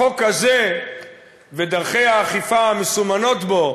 החוק הזה ודרכי האכיפה המסומנות בו,